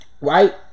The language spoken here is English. Right